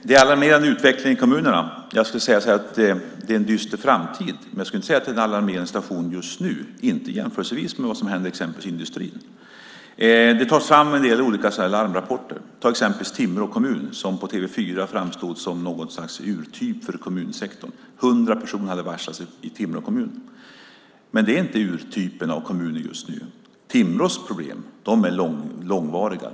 Fru talman! Det är en dyster framtid i kommunerna, men det är inte en alarmerande situation - inte i jämförelse med vad som händer i exempelvis industrin. Det tas fram en del larmrapporter. Till exempel framstod Timrå kommun som något slags typexempel för kommunsektorn. 100 personer hade varslats i Timrå kommun. Men det är inget typexempel. Timrås problem går långt tillbaka i tiden.